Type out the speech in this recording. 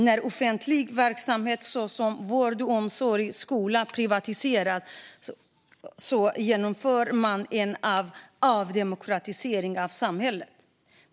När offentliga verksamheter såsom vård, omsorg och skola privatiseras genomför man en avdemokratisering av samhället.